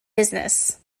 business